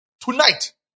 Tonight